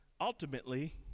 ultimately